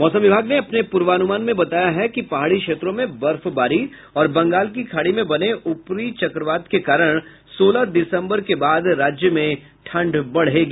मौसम विभाग ने अपने पूर्वानुमान में बताया है कि पहाड़ी क्षेत्रों में बर्फबारी और बंगाल की खाड़ी में बने ऊपरी चक्रवात के कारण सोलह दिसम्बर के बाद राज्य में ठंड बढ़ेगी